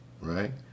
Right